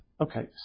Okay